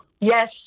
Yes